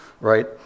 right